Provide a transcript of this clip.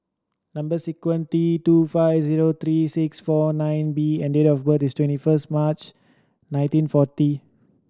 number sequence T two five zero three six four nine B and date of birth is twenty first March nineteen forty